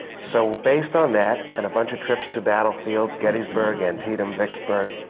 so based on that and a bunch of trips to battlefields, gettysburg, antietam, vicksburg,